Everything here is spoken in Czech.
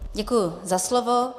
Děkuji za slovo.